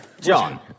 John